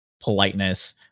politeness